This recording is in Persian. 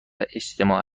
اجتماع